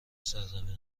سرزمین